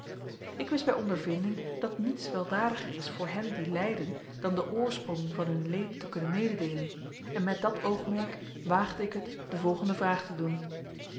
ik wist bij ondervinding dat niets weldadiger is voor hen die lijden dan den oorsprong van hun leed te kunnen mededeelen en met dat oogmerk waagde ik het de volgende vraag te doen